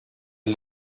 est